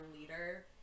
leader